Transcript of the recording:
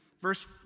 Verse